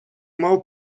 мав